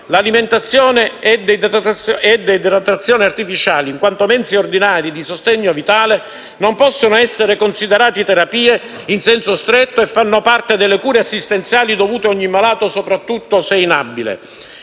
alimentazione e idratazione artificiali, in quanto mezzi ordinari di sostegno vitale, non possono essere considerati terapie in senso stretto e fanno parte delle cure assistenziali dovute a ogni malato, soprattutto se inabile.